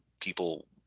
people